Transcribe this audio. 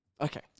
Okay